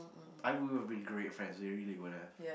I would be great friends you really want have